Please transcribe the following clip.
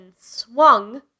swung